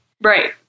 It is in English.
Right